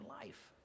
life